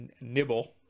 nibble